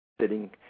sitting